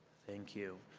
thank you.